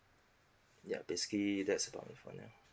ya basically that's about it for now